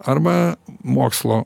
arba mokslo